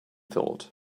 thought